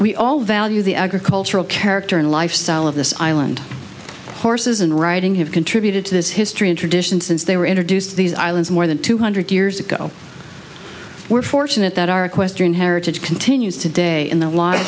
we all value the agricultural character and lifestyle of this island horses and riding have contributed to this history and tradition since they were introduced to these islands more than two hundred years ago we're fortunate that our equestrian heritage continues today in the lot